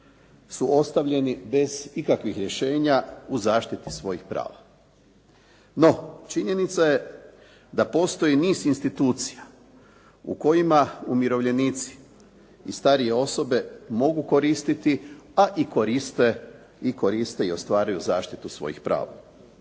su ostavljeni bez ikakvih rješenja u zaštiti svojih prava. No, činjenica je da postoji niz institucija u kojima umirovljenici i starije osobe mogu koristiti pa i koriste i ostvaruju zaštitu svojih prava.